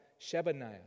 Shebaniah